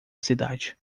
cidade